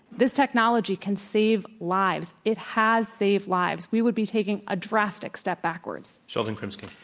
this technology can save lives. it has saved lives. we would be taking a drastic step backward. sheldon krimsky.